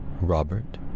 Robert